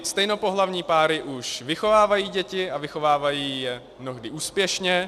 Stejnopohlavní páry už vychovávají děti a vychovávají je mnohdy úspěšně.